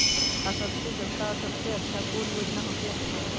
आ सबसे अच्छा और सबसे सस्ता कौन योजना होखेला किसान ला?